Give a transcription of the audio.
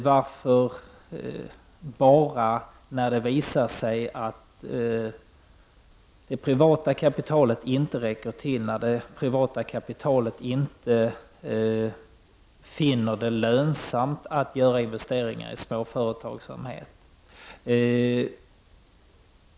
Varför ha ambitioner bara när det visar sig att det privata kapitalet inte räcker till, när det privata kapitalet inte finner det lönsamt att göra investeringar i småföretagsamhet?